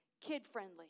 Kid-friendly